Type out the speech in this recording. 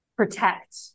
protect